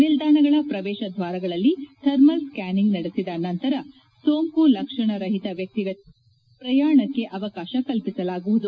ನಿಲ್ಲಾಣಗಳ ಪ್ರವೇಶದ್ವಾರಗಳಲ್ಲಿ thermal scanning ನಡೆಸಿದ ನಂತರ ಸೋಂಕು ಲಕ್ಷಣರಹಿತ ವ್ಯಕ್ತಿಗಳಿಗೆ ಮಾತ್ರ ಪ್ರಯಾಣಕ್ಕೆ ಅವಕಾಶ ಕಲ್ಸಿಸಲಾಗುವುದು